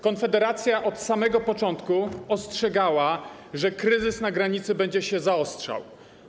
Konfederacja od samego początku ostrzegała, że kryzys na granicy będzie się zaostrzał.